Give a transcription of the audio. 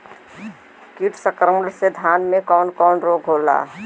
कीट संक्रमण से धान में कवन कवन रोग होला?